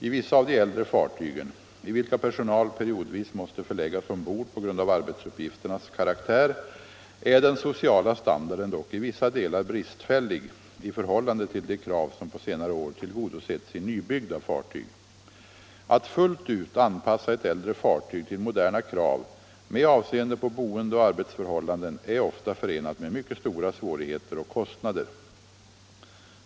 I vissa av de äldre fartygen — i vilka personal periodvis måste förläggas ombord på grund av arbetsuppgifternas karaktär — är den sociala standarden dock i vissa delar bristfällig i förhållande till de krav som på senare år tillgodosetts i nybyggda fartyg. Att fullt ut anpassa ett äldre fartyg till moderna krav med avseende på boendeoch arbetsförhållanden är ofta förenat med mycket stora svårigheter och kostnader.